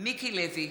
מיקי לוי,